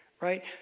Right